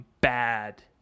bad